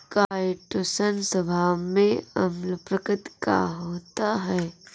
chitosan स्वभाव में अम्ल प्रकृति का होता है